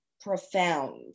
profound